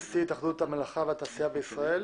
נשיא התאחדות המלאכה והתעשייה בישראל.